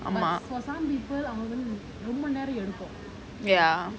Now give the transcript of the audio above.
ஆமா:aamaa ya